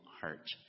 heart